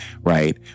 right